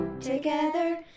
together